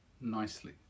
nicely